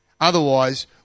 Otherwise